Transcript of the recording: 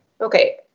Okay